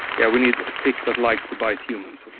yeah we need a tick that likes to bite humans.